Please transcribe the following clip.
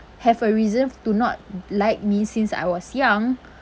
have a reason to not like me since I was young